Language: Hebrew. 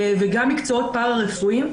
וגם מקצועות פארא-רפואיים,